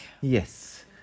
Yes